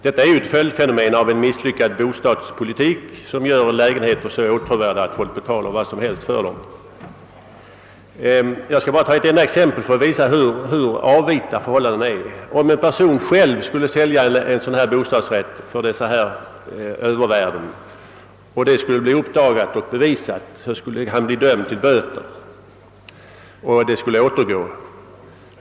Detta är ett följdfenomen av en misslyckad bostadspolitik, som gör lägenheter så åtråvärda att folk betalar vilka summor som helst för dem. Jag skall bara ta ett enda exempel för att visa hur avvita förhållandena är. Om en person själv skulle sälja en bostadsrätt till ett sådant övervärde och detta blev uppdagat och bevisat, skulle han bli dömd till böter och köpeskillingen skulle återgå.